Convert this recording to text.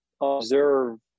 observe